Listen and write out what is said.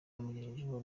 yamugejejeho